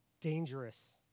dangerous